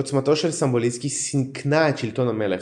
עוצמתו של סטמבוליסקי סיכנה את שלטונו של המלך,